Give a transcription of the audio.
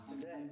today